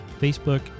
Facebook